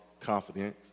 confidence